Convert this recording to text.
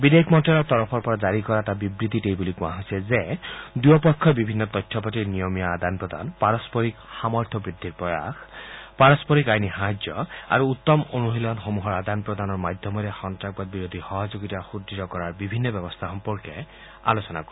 বিদেশ মন্ত্যালয়ৰ তৰফৰ পৰা জাৰি কৰা এটা বিবৃতিত এই বুলি কোৱা হৈছে যে দুয়োপক্ষই বিভিন্ন তথ্যপাতিৰ নিয়মীয়া আদান প্ৰদান পাৰস্পৰিক সামৰ্থ্য বৃদ্ধিৰ প্ৰয়াস পাৰস্পৰিক আইনী সাহায্য আৰু উত্তম অনুশীলনসমূহৰ আদান প্ৰদানৰ মাধ্যমেৰে সন্তাসবাদী বিৰোধী সহযোগিতা সূদ্য় কৰাৰ বিভিন্ন ব্যৱস্থা সম্পৰ্কে আলোচনা কৰে